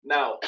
Now